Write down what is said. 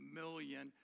million